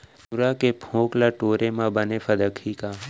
तिंवरा के फोंक ल टोरे म बने फदकही का?